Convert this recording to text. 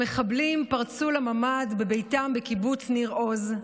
מחבלים פרצו לממ"ד בביתם בקיבוץ ניר עוז,